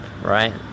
right